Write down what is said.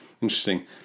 Interesting